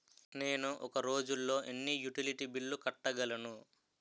నేను ఒక రోజుల్లో ఎన్ని యుటిలిటీ బిల్లు కట్టగలను?